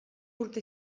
urte